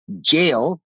jail